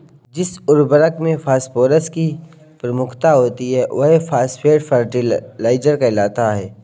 जिस उर्वरक में फॉस्फोरस की प्रमुखता होती है, वह फॉस्फेट फर्टिलाइजर कहलाता है